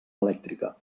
elèctrica